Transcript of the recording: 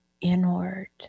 inward